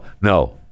No